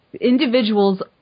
individuals